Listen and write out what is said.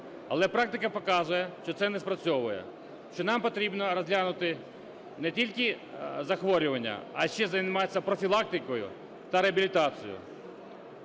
Але практика показує, що це не спрацьовує, що нам потрібно розглянути не тільки захворювання, а ще й займатися профілактикою та реабілітацією.